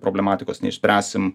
problematikos neišspręsim